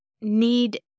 need